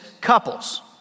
couples